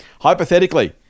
Hypothetically